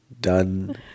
done